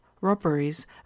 robberies